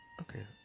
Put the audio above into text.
Okay